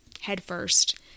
headfirst